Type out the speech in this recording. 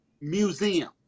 museum